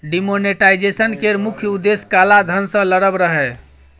demonetisation केर मुख्य उद्देश्य काला धन सँ लड़ब रहय